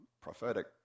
prophetic